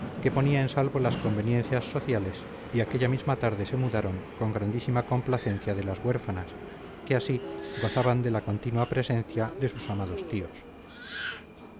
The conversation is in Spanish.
que ponía en salvo las conveniencias sociales y aquella misma tarde se mudaron con grandísima complacencia de las huérfanas que así gozaban de la continua presencia de sus amados tíos a